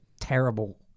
terrible